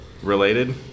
Related